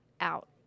out